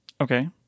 Okay